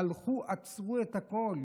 הלכו, עצרו את הכול.